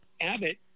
Abbott